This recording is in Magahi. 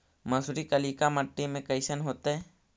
मसुरी कलिका मट्टी में कईसन होतै?